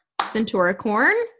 centauricorn